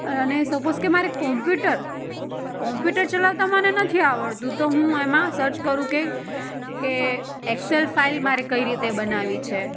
અને સપોઝ કે મારે કમ્પ્યુટર કમ્પ્યુટર ચલાવતા મને નથી આવડતું તો હું એમાં સર્ચ કરું કે કે એક્સેલ ફાઈલ મારે કઈ રીતે બનાવી છે